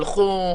הלכו,